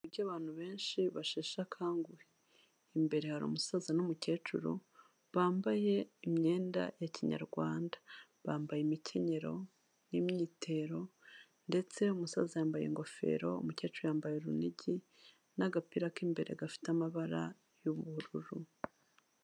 Ihuriro ry'abantu benshi bashesheakanguhe, imbere hari umusaza n'umukecuru bambaye imyenda ya kinyarwanda, bambaye imikenyero n'imyitero, ndetse umusaza yambaye ingofero, umukecuru yambaye urunigi, n'agapira k'imbere gafite amabara y'ubururu.